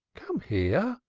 come here,